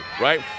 right